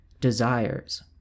desires